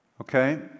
Okay